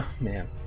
man